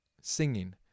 singing